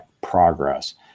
progress